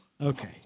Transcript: Okay